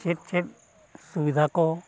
ᱪᱮᱫ ᱪᱮᱫ ᱥᱩᱵᱤᱫᱷᱟ ᱠᱚ